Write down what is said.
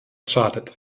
schadet